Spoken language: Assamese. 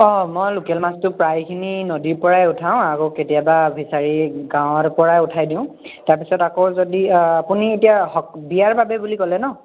অঁ মই লোকেল মাছটো প্ৰায়খিনি নদীৰ পৰাই উঠাওঁ আকৌ কেতিয়াবা ফিচাৰি গাঁৱৰ পৰাই উঠাই দিওঁ তাৰ পিছত আকৌ যদি আপুনি বিয়াৰ বাবে বুলি ক'লে ন